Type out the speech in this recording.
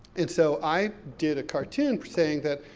and so i did a cartoon, saying that,